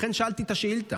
לכן שאלתי את השאילתה.